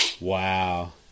Wow